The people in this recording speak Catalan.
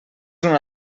una